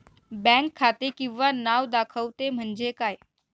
Bank खाते किंवा नाव दाखवते म्हणजे काय?